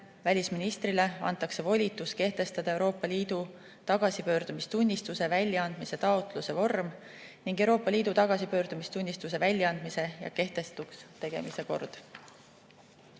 välisministrile, antakse volitus kehtestada Euroopa Liidu tagasipöördumistunnistuse väljaandmise taotluse vorm ning Euroopa Liidu tagasipöördumistunnistuse väljaandmise ja kehtetuks tunnistamise kord.